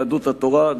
יהדות התורה,